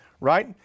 Right